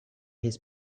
his